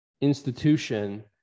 institution